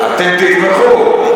תמכנו.